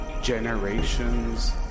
Generations